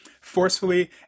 forcefully